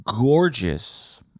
gorgeous